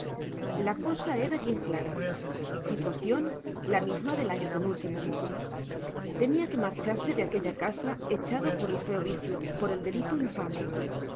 la cosa era bien clara situación la misma del año penúltimo tenía que marcharse de aquella casa echado por el feo vicio por el delito infame